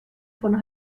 von